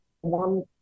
one